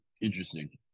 Interesting